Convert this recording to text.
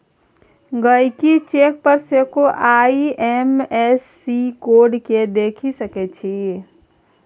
गहिंकी चेक पर सेहो आइ.एफ.एस.सी कोड केँ देखि सकै छै